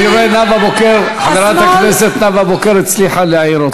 אני רואה שחברת הכנסת נאוה בוקר הצליחה להעיר אתכן.